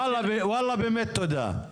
וואלה באמת תודה.